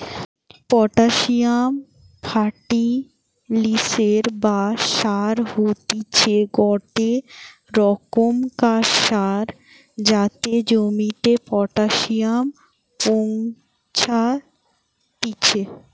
potassium ফার্টিলিসের বা সার হতিছে গটে রোকমকার সার যাতে জমিতে পটাসিয়াম পৌঁছাত্তিছে